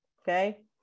okay